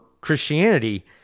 Christianity